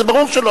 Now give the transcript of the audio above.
זה ברור שלא.